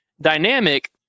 Dynamic